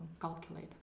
calculate